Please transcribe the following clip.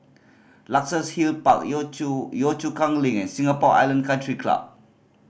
Luxus Hill Park Yio Chu Yio Chu Kang Link and Singapore Island Country Club